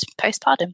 postpartum